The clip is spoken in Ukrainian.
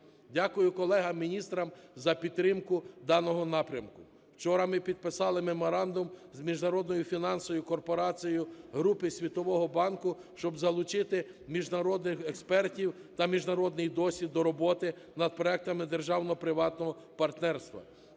Дякую колегами міністрам за підтримку даного напрямку. Вчора ми підписали меморандум з Міжнародною фінансовою корпорацію групи Світового банку, щоб залучити міжнародних експертів та міжнародний досвід до роботи над проектами державно-приватного партнерства.